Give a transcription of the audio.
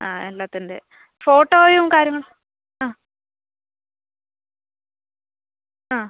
ആ എല്ലാത്തിൻറ്റെം ഫോട്ടോയും കാര്യങ്ങളും ആ ആ